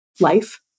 life